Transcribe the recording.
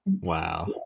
Wow